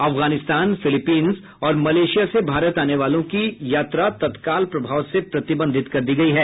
Afghanistan Philippines और Malaysia से भारत आने वालों की यात्रा तत्काल प्रभाव से प्रतिबंधित कर दी गई है